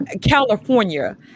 California